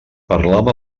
parlava